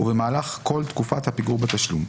ובמהלך כל תקופת הפיגור בתשלום.